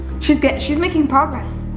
she's got, she's making progress.